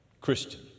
Christian